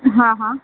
હા હા